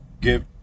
Give